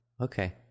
Okay